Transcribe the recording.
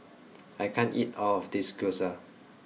I can't eat all of this Gyoza